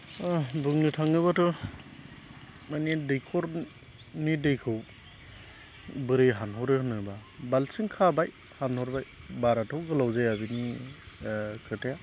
बुंनो थाङोबाथ' माने दैखरनि दैखौ बोरै हानहरो होनोबा बाल्थिं खाबाय हानहरबाय बाराथ' गोलाव जाया बिनि खोथाया